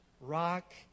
rock